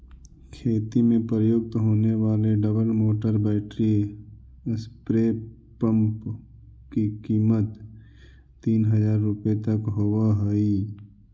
खेती में प्रयुक्त होने वाले double motor battery spray pump की कीमत तीन हज़ार रुपया तक होवअ हई